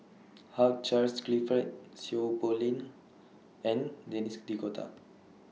Hugh Charles Clifford Seow Poh Leng and Denis D'Cotta